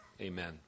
Amen